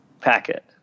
packet